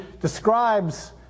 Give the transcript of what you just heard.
describes